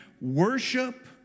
Worship